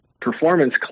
performance